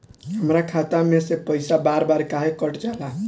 हमरा खाता में से पइसा बार बार काहे कट जाला?